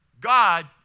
God